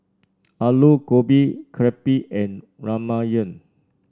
Alu Gobi Crepe and Ramyeon